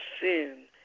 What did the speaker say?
sin